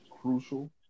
crucial